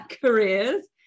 careers